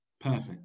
perfect